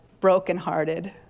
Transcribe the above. brokenhearted